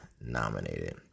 nominated